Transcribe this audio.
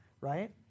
right